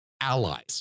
allies